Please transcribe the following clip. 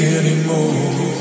anymore